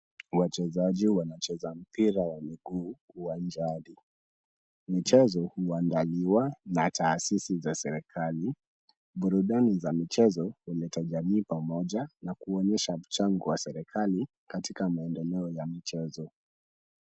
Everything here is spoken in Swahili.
Wachezaji wanacheza mpira wa miguu uwanjani. Mchezo huandaliwa na taasisi za serikali. Burudani za michezo huletajani pamoja na kuonyesha mchango wa serikali katika maendeleo ya michezo.